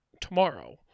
tomorrow